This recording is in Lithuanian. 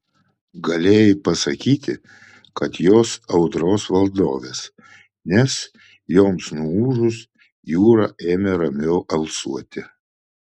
galėjai pasakyti kad jos audros valdovės nes joms nuūžus jūra ėmė ramiau alsuoti